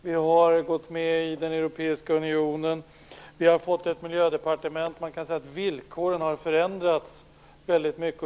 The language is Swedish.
Vi har gått med i den europeiska unionen. Vi har fått ett Miljödepartement. Man kan säga att villkoren har förändrats väldigt mycket.